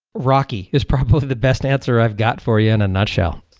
rocky is probably the best answer i've got for you in a nutshell.